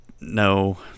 no